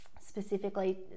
specifically